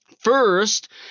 First